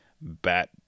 bat